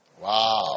Wow